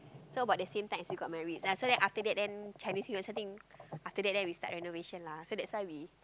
so about the same time as we got married ya so that after that then Chinese New Year so I think after that then we start renovation lah so that's why we